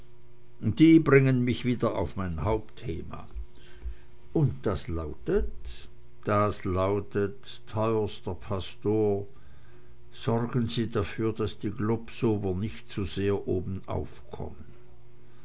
die bringen mich wieder auf mein hauptthema und das lautet das lautet teuerster pastor sorgen sie dafür daß die globsower nicht zu sehr obenauf kommen